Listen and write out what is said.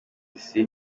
isi